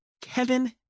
Kevin